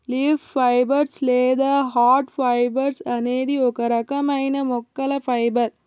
leaf fibres లేదా hard fibres అనేది ఒక రకమైన మొక్కల ఫైబర్